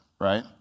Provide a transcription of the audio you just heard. right